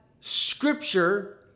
scripture